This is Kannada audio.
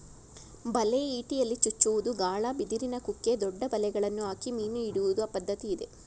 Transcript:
ಬಲೆ, ಇಟಿಯಲ್ಲಿ ಚುಚ್ಚುವುದು, ಗಾಳ, ಬಿದಿರಿನ ಕುಕ್ಕೆ, ದೊಡ್ಡ ಬಲೆಗಳನ್ನು ಹಾಕಿ ಮೀನು ಹಿಡಿಯುವ ಪದ್ಧತಿ ಇದೆ